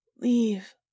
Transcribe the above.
Leave